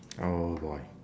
oh boy